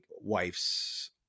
wife's